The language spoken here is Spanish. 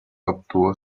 obtuvo